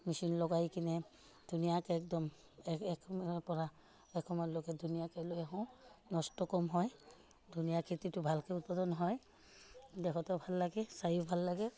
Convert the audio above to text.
machine লগাই কিনে ধুনীয়াকৈ একদম এক একৰপৰা এক সময়লৈকে ধুনীয়াকৈ লৈ আহোঁ নষ্ট কম হয় ধুনীয়া খেতিটো ভালকৈ উৎপাদন হয় দেখাতো ভাল লাগে চাইয়ো ভাল লাগে